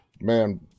man